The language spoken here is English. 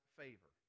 favor